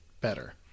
better